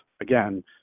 again